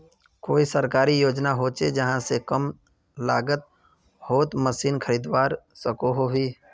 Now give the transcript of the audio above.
कोई सरकारी योजना होचे जहा से कम लागत तोत मशीन खरीदवार सकोहो ही?